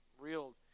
real